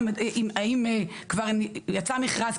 גם האם כבר יצא מכרז,